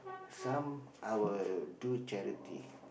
some I will do charity